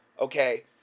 okay